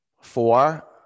Four